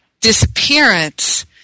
disappearance